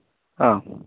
അ